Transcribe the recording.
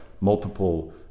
multiple